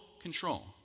control